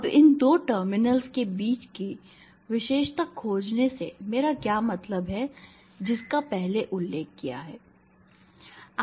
अब इन दो टर्मिनल्स के बीच की विशेषता खोजने से मेरा क्या मतलब है जिसका पहले उल्लेख किया है